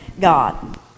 God